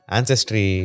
Ancestry